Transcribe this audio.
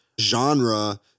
genre